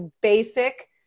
basic